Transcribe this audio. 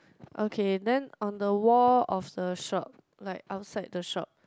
okay then on the wall of the shop like outside the shop